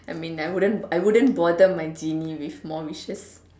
I mean I wouldn't I wouldn't bother my genie with more wishes